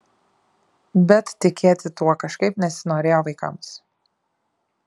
bet tikėti tuo kažkaip nesinorėjo vaikams